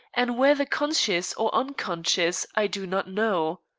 and whether conscious or unconscious, i do not know.